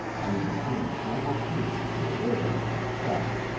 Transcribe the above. they became simultaneously aware of a trap.